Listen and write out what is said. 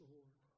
Lord